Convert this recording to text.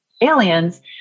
aliens